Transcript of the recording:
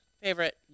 Favorite